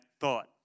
thought